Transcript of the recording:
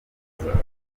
bikomeza